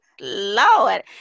Lord